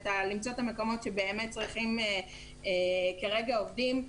למצוא את המקומות שצריכים כרגע עובדים.